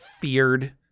feared